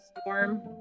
storm